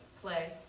play